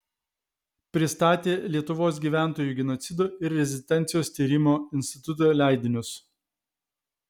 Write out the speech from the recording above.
pristatė lietuvos gyventojų genocido ir rezistencijos tyrimo instituto leidinius